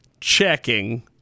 checking